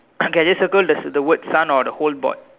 okay just circle the word the word sun or the whole board